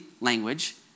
language